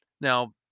Now